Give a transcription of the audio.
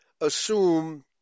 assume